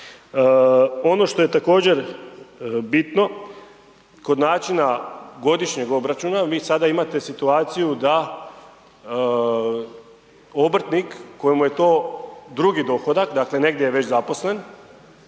Ono što je također bitno kod načina godišnjeg obračuna, vi sada imate situaciju da obrtnik kojemu je to drugi dohodak dakle negdje već zaposlen,